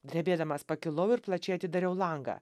drebėdamas pakilau ir plačiai atidariau langą